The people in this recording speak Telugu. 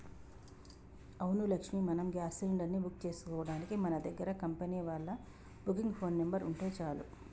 అవును లక్ష్మి మనం గ్యాస్ సిలిండర్ ని బుక్ చేసుకోవడానికి మన దగ్గర కంపెనీ వాళ్ళ బుకింగ్ ఫోన్ నెంబర్ ఉంటే చాలు